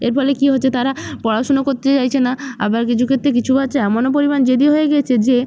এর ফলে কী হচ্ছে তারা পড়াশোনা করতে চাইছে না আবার কিছু ক্ষেত্রে কিছু বাচ্চা এমনও পরিমাণ জেদি হয়ে গিয়েছে যে